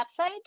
website